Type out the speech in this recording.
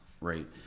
right